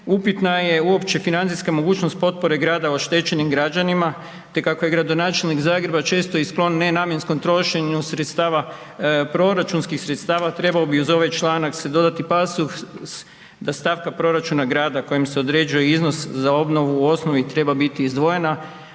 upitna je uopće financijska mogućnost potpore grada oštećenim građanima, te kako je gradonačelnik Zagreba često i sklon nenamjenskom trošenju sredstava, proračunskih sredstava, trebao bi uz ovaj članak se dodati pasus da stavka proračuna grada kojim se određuje iznos za obnovu u osnovi treba biti izdvojena,